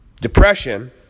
depression